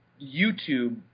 YouTube